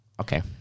Okay